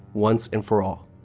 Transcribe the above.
once and for all.